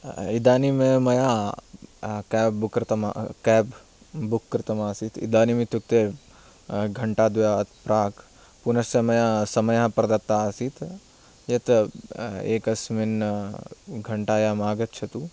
इदानीमेव मया cab book कृतमा केब् बुक् कृतमासीत् इदानीम् इत्युक्ते घण्टाद्वयात् प्राक् पुनश्च मया समयः प्रदत्तः आसीत् यत् एकस्मिन् घण्टायाम् आगच्छतु